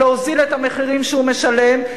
להוזיל את המחירים שהוא משלם,